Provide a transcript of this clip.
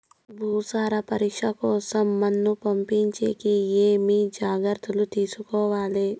భూసార పరీక్ష కోసం మన్ను పంపించేకి ఏమి జాగ్రత్తలు తీసుకోవాలి?